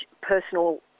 personal